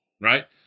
right